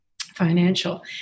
financial